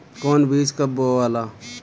कौन बीज कब बोआला?